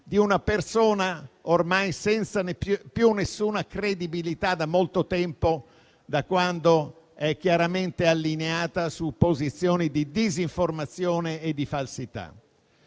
di una persona ormai senza più alcuna credibilità da molto tempo, da quando è chiaramente allineata su posizioni di disinformazione e di falsità.